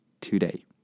today